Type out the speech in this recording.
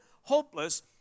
hopeless